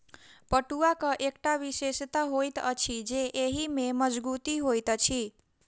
पटुआक एकटा विशेषता होइत अछि जे एहि मे मजगुती होइत अछि